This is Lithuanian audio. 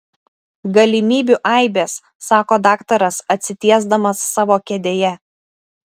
galimybių aibės sako daktaras atsitiesdamas savo kėdėje